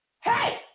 hey